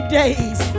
days